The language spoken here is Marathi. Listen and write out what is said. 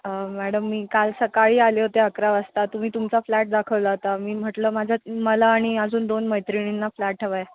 मॅडम मी काल सकाळी आले होते अकरा वाजता तुम्ही तुमचा फ्लॅट दाखवला होता मी म्हटलं माझ्या मला आणि अजून दोन मैत्रिणींना फ्लॅट हवा आहे